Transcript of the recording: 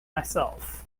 myself